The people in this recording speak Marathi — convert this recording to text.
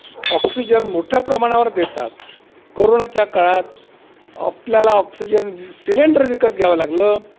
ऑक्सिजन मोठ्या प्रमाणावर देतात कोरोनाच्या काळात आपल्याला ऑक्सिजन सिलेंडर विकत घ्यावं लागलं